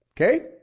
Okay